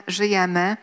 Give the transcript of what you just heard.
żyjemy